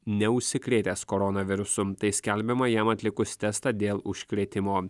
neužsikrėtęs koronavirusu tai skelbiama jam atlikus testą dėl užkrėtimo